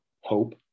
hope